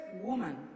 woman